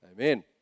Amen